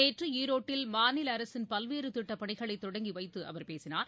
நேற்று ஈரோட்டில் மாநில அரசின் பல்வேறு திட்டப்பணிகளை தொடங்கி வைத்து அவர் பேசினார்